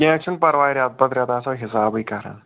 کیٚنٛہہ چھُنہٕ پرٕواے ریٚتہٕ پَتہٕ ریٚتہٕ آسو حِسابٕے کَران